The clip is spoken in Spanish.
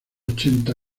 ochenta